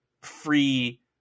free